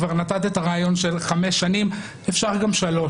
כבר נתת את הרעיון של חמש שנים אפשר גם שלוש,